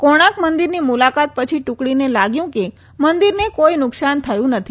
કોણાક મંદિરની મુલાકાત પછી ટુકડીને લાગ્યું કે મંદિરને કોઈ નુકસાન થયું નથી